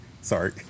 Sorry